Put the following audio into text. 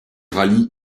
rallie